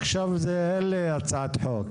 עכשיו אין לי הצעת חוק,